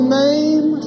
name